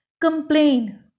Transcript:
Complain